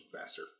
faster